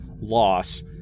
loss